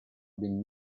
been